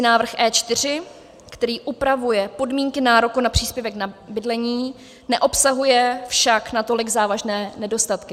Pozměňovací návrh E4, který upravuje podmínky nároku na příspěvek na bydlení, neobsahuje však natolik závažné nedostatky.